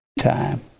time